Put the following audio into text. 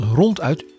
ronduit